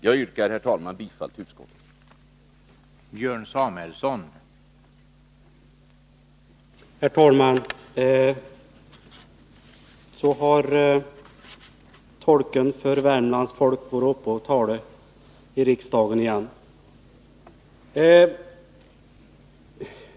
Jag yrkar, herr talman, bifall till utskottets hemställan.